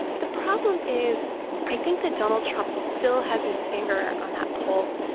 the problem is i think that donald trump still has his finger on that pulse.